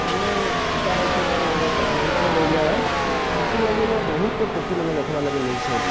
ଆମର୍ ଏଇଟା ହଉଛେ ଗୋଟେ ଗ୍ରାମାଞ୍ଚଳ ଏରିଆଏ ସେଥିର୍ ଲାଗିନ୍ ବହୁତ ପକ୍ଷୀମାନେ ଦେଖବାର୍ ଲାଗି ମିଲିଛନ୍